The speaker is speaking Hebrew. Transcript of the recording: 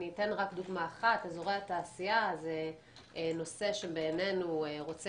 אני אתן רק דוגמה אחת אזורי התעשייה זה נושא שבעינינו רוצה